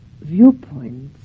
viewpoints